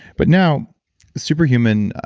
but now superhuman,